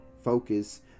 Focus